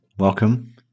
Welcome